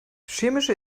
chemische